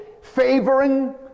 favoring